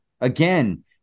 Again